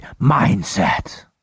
mindset